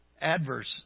adverse